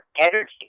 energy